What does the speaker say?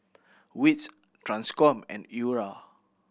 wits Transcom and URA